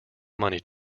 money